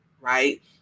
right